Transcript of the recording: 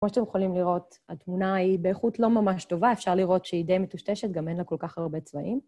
כמו שאתם יכולים לראות, התמונה היא... באיכות לא ממש טובה, אפשר לראות שהיא די מטושטשת, גם אין לה כל כך הרבה צבעים.